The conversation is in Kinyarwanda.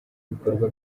bikorwa